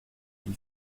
suis